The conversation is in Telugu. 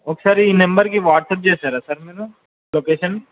ఒకసారి ఈ నెంబర్కి వాట్సప్ చేస్తారా సార్ మీరు లొకేషన్